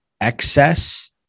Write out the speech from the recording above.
excess